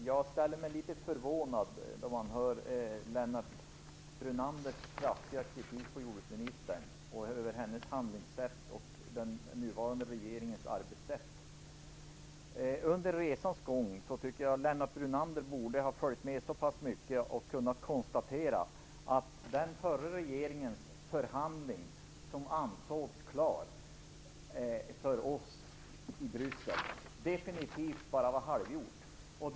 Herr talman! Jag blir litet förvånad då jag hör Lennart Brunanders kraftiga kritik mot jordbruksministern, mot hennes handlande och den nuvarande regeringens arbetssätt. Lennart Brunander borde ha följt med så pass mycket under resans gång att han nu kan konstatera att den förra regeringens förhandling för vår del i Bryssel, som ansågs klar, definitivt bara var halvgjord.